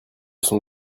sont